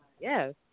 yes